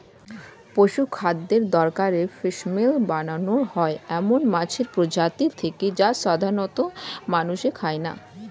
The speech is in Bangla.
পশুখাদ্যের দরকারে ফিসমিল বানানো হয় এমন মাছের প্রজাতি থেকে যা সাধারনত মানুষে খায় না